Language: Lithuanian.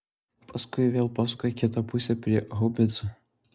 paskui vėl pasuka į kitą pusę prie haubicų